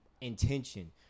intention